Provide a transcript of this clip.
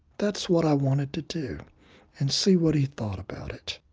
that's what i wanted to do and see what he thought about it.